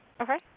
Okay